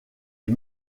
est